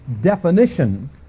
definition